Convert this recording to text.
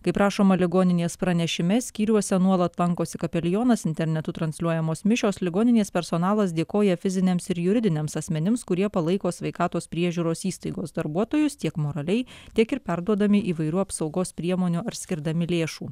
kaip rašoma ligoninės pranešime skyriuose nuolat lankosi kapelionas internetu transliuojamos mišios ligoninės personalas dėkoja fiziniams ir juridiniams asmenims kurie palaiko sveikatos priežiūros įstaigos darbuotojus tiek moraliai tiek ir perduodami įvairių apsaugos priemonių ar skirdami lėšų